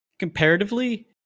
comparatively